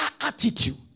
attitude